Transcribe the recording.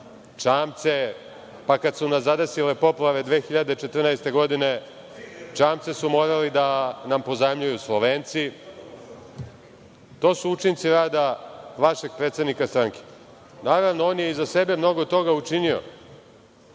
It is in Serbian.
čamce, pa kada su nas zadesile poplave 2014. godine, čamce su morali da nam pozajmljuju Slovenci. To su učinci rada vašeg predsednika stranke. Naravno, on je iza sebe mnogo toga učinio.